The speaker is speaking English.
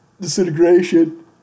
disintegration